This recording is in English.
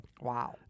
Wow